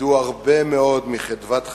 איבדו הרבה מאוד מחדוות חייהם,